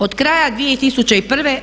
Od kraja 2001.